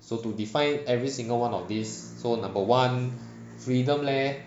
so to define every single one of these so number one freedom leh